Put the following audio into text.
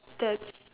there's